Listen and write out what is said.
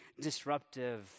disruptive